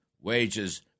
wages